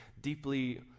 deeply